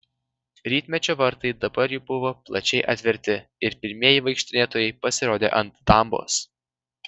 rytmečio vartai dabar jau buvo plačiai atverti ir pirmieji vaikštinėtojai pasirodė ant dambos